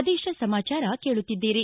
ಪ್ರದೇಶ ಸಮಾಚಾರ ಕೇಳುತ್ತಿದ್ದೀರಿ